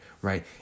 Right